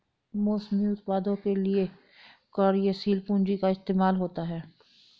मौसमी उत्पादों के लिये कार्यशील पूंजी का इस्तेमाल होता है